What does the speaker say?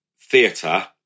theatre